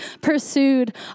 pursued